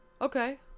Okay